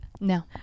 No